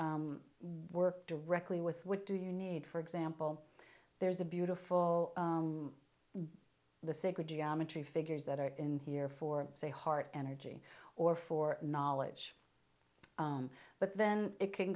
work directly with what do you need for example there's a beautiful the sacred geometry figures that are in here for say heart energy or for knowledge but then it can